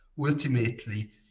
Ultimately